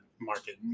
market